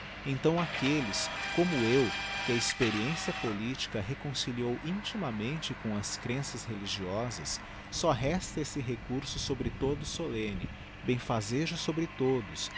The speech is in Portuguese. então áquelles como eu que a experiência politica reconciliou intimamente com as crenças religiosas só resta esse recurso sobre todos solemne bemfazejo sobre todos